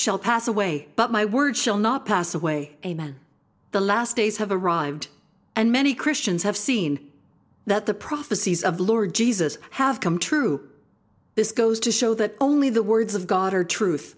shall pass away but my words shall not pass away amen the last days have arrived and many christians have seen that the prophecies of the lord jesus have come true this goes to show that only the words of god are truth